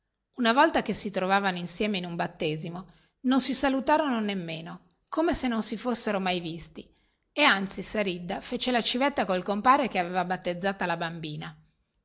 una volta che si trovarono insieme in un battesimo non si salutarono nemmeno come se non si fossero mai visti e anzi saridda fece la civetta col compare che aveva battezzata la bambina